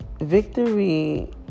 Victory